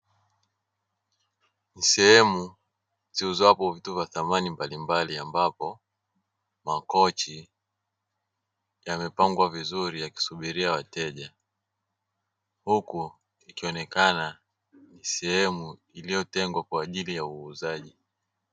Sehemu ziuzwapo vitu vya samani mbalimbali ambapo makochi yamepangwa vizuri yakisubiria wateja, huku ikionekana sehemu iliyotengwa kwa ajili ya uuzaji.